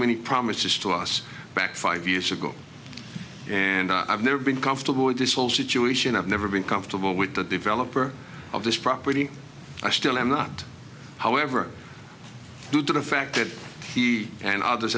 many promises to us back five years ago and i've never been comfortable with this whole situation i've never been comfortable with the developer of this property i still am not however due to the fact that he and others